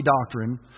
doctrine